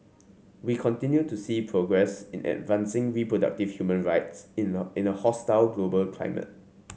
we continue to see progress in advancing reproductive human rights in a in a hostile global climate